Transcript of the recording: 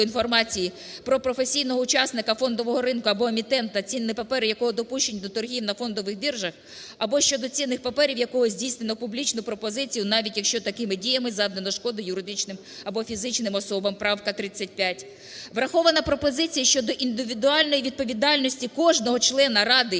про професійного учасника фондового ринку або емітента, цінні папери якого допущені до торгів на фондових біржах, або щодо цінних паперів якого здійснено публічну пропозицію, навіть якщо такими діями завдано шкоди юридичним або фізичним особам (правка 35). Врахована пропозиція щодо індивідуальної відповідальності кожного члена ради